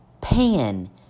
PAN